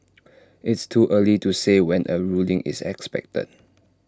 it's too early to say when A ruling is expected